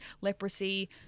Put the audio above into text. leprosy